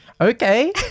Okay